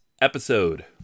episode